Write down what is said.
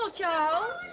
Charles